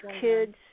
kids